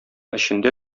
эчендә